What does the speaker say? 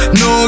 no